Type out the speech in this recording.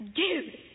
dude